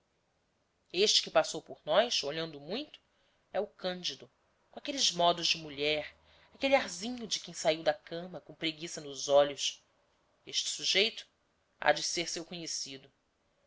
este que passou por nós olhando muito é o cândido com aqueles modos de mulher aquele arzinho de quem saiu da cama com preguiça nos olhos este sujeito há de ser seu conhecido